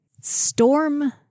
Storm